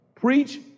preach